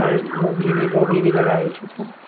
और गोभी भी गोभी भी लगाई थी सब